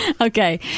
Okay